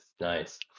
Nice